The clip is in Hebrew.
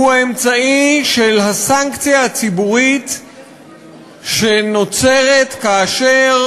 הוא האמצעי של הסנקציה הציבורית שנוצרת כאשר